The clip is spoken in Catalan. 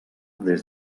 des